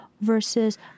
versus